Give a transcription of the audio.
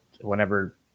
whenever